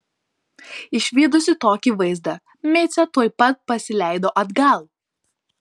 išvydusi tokį vaizdą micė tuoj pat pasileido atgal